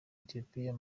ethiopia